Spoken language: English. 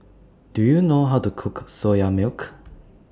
Do YOU know How to Cook Soya Milk